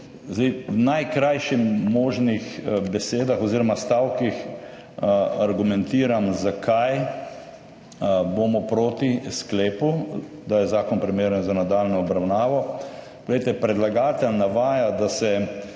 Z najkrajšimi možnimi besedami oziroma stavki bom argumentiral, zakaj bomo proti sklepu, da je zakon primeren za nadaljnjo obravnavo. Predlagatelj navaja, da se